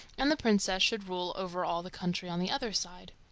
and the princess should rule over all the country on the other side.